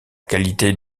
qualité